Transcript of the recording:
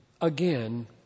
again